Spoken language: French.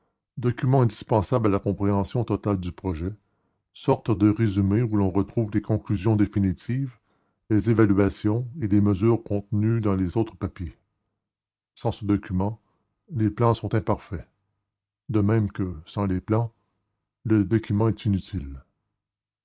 document indispensable à la compréhension totale du projet sorte de résumé où l'on retrouve les conclusions définitives les évaluations et les mesures contenues dans les autres papiers sans ce document les plans sont imparfaits de même que sans les plans le document est inutile